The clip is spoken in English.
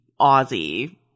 Aussie